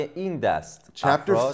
Chapter